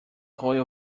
whole